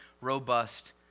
robust